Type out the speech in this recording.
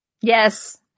Yes